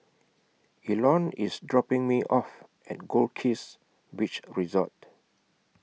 Elon IS dropping Me off At Goldkist Beach Resort